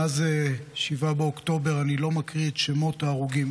מאז 7 באוקטובר אני לא מקריא את שמות ההרוגים,